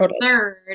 third